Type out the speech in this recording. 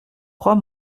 crois